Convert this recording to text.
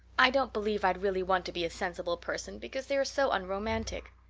i don't believe i'd really want to be a sensible person, because they are so unromantic.